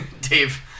Dave